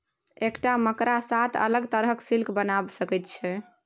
एकटा मकड़ा सात अलग तरहक सिल्क बना सकैत छै